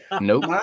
nope